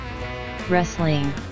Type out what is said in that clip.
Wrestling